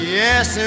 yes